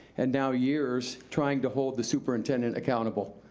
and now years, trying to hold the superintendent accountable.